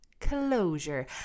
closure